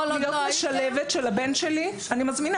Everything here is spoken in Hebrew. כל עוד לא היית אתנו --- בדיוק.